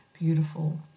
beautiful